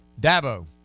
Dabo